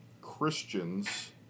Christians